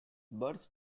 births